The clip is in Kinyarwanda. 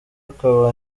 akaba